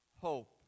hope